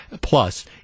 plus